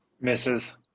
Misses